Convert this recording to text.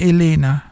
Elena